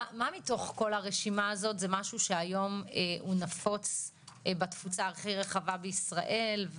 מה מתוך כל הרשימה הזאת זה משהו שהיום הוא נפוץ בתפוצה הכי רחבה בישראל,